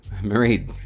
Marie